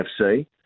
FC